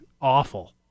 awful